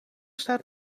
staat